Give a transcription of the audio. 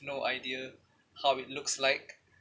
no idea how it looks like